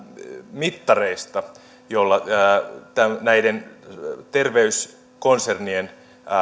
mittareista joilla näiden terveyskonsernien